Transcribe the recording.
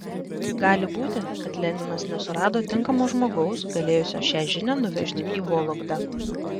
gali būti kad leninas nesurado tinkamo žmogaus galėjusio šią žinią nuvežti į vologdą